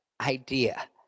idea